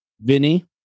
Vinny